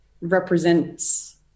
represents